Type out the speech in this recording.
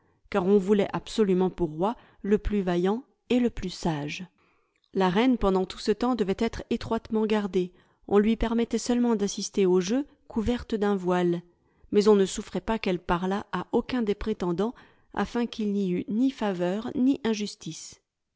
car on voulait absolument pour roi le plus vaillant et le plus sage la reine pendant tout ce temps devait être étroitement gardée on lui permettait seulement d'assister aux jeux couverte d'un voile mais on ne souffrait pas qu'elle parlât à aucun des prétendants afin qu'il n'y eût ni faveur ni injustice